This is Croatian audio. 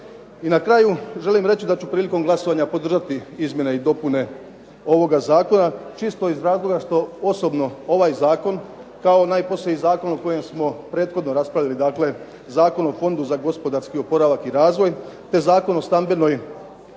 I na kraju želim reći da ću prilikom glasovanja podržati izmjene i dopune ovoga zakona čisto iz razloga što osobno ovaj zakon kao najposniji zakon o kojem smo prethodno raspravljali dakle, Zakon o fondu za gospodarski oporavak i razvoj te Zakon o stambenoj štednji